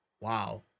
Wow